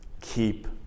Keep